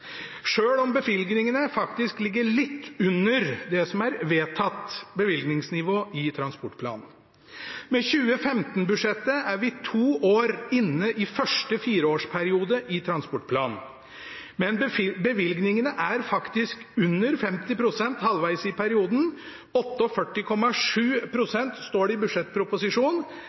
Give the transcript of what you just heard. om bevilgningene faktisk ligger litt under det som er vedtatt bevilgningsnivå i transportplanen. Med 2015-budsjettet er vi to år inne i første fireårsperiode i transportplanen, men bevilgningene er faktisk under 50 pst. halvveis i perioden, 48,7 pst. står det i budsjettproposisjonen.